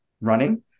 running